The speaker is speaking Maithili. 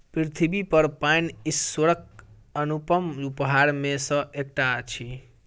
पृथ्वीपर पाइन ईश्वरक अनुपम उपहार मे सॅ एकटा अछि